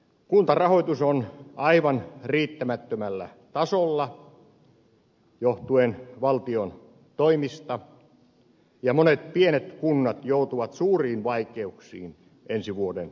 kuntarahoitus on aivan riittämättömällä tasolla johtuen valtion toimista ja monet pienet kunnat joutuvat suuriin vaikeuksiin ensi vuoden aikana